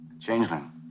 Changeling